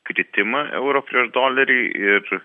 kritimą euro prieš dolerį ir